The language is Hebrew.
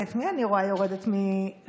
ואת מי אני רואה יורדת מרכב?